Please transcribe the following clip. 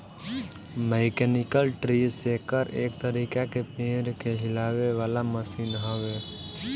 mechanical tree shaker एक तरीका के पेड़ के हिलावे वाला मशीन हवे